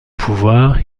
pouvoir